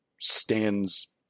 stands